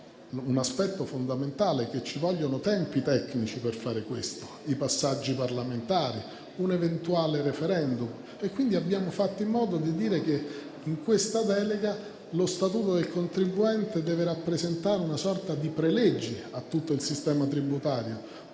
un aspetto fondamentale, cioè che servono i tempi tecnici per fare ciò: i passaggi parlamentari ed un eventuale *referendum*. Quindi, abbiamo fatto in modo di dire che in questa delega lo statuto del contribuente deve rappresentare una sorta di pre-legge a tutto il sistema tributario